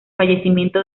fallecimiento